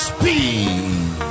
Speed